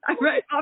right